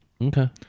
Okay